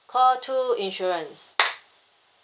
call two insurance